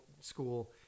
school